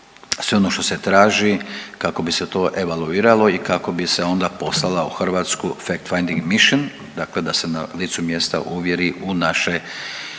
sve ono što se traži kako bi se to evaluiralo i kako bi se onda poslala u Hrvatsku…/Govornik se ne razumije/… dakle da se na licu mjesta ovjeri u naše,